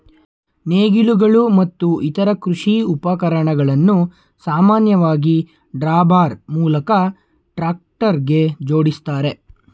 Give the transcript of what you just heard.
ನೇಗಿಲುಗಳು ಮತ್ತು ಇತರ ಕೃಷಿ ಉಪಕರಣಗಳನ್ನು ಸಾಮಾನ್ಯವಾಗಿ ಡ್ರಾಬಾರ್ ಮೂಲಕ ಟ್ರಾಕ್ಟರ್ಗೆ ಜೋಡಿಸ್ತಾರೆ